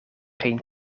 geen